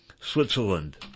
Switzerland